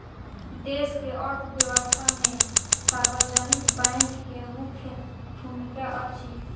देश के अर्थव्यवस्था में सार्वजनिक बैंक के मुख्य भूमिका अछि